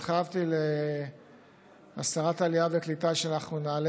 ואני התחייבתי לשרת העלייה והקליטה שאנחנו נעלה